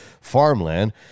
farmland